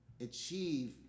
achieve